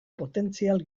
potentzial